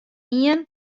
ien